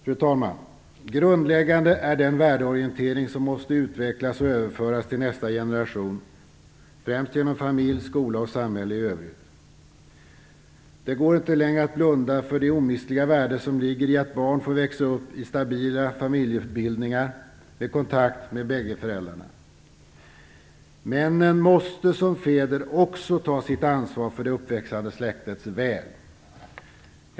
Fru talman! Grundläggande är den värdeorientering som måste utvecklas och överföras till nästa generation, främst genom familj, skola och samhälle i övrigt. Det går inte längre att blunda för det omistliga värde som ligger i att barn får växa upp i stabila familjebildningar med kontakt med bägge föräldrarna. Männen måste som fäder också ta sitt ansvar för det uppväxande släktets väl.